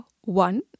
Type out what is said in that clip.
One